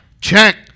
Check